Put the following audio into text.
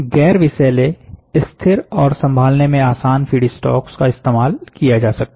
गैर विषैले स्थिर और संभालने में आसान फीड स्टाॅक्स का इस्तेमाल किया जा सकता है